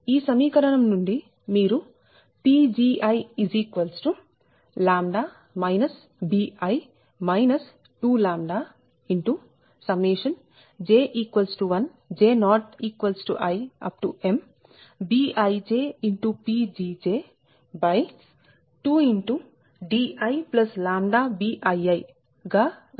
ఈ సమీకరణం నుండి మీరు Pgiλ bi 2λj1 j≠imBijPgj2diλBiiరాయచ్చు